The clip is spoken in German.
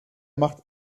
macht